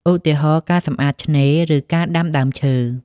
ឧទាហរណ៍ ការសម្អាតឆ្នេរ ឬការដាំដើមឈើ។